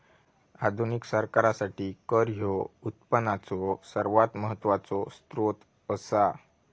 आधुनिक सरकारासाठी कर ह्यो उत्पनाचो सर्वात महत्वाचो सोत्र असा